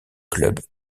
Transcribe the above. club